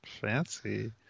Fancy